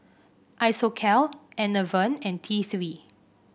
Isocal Enervon and T Three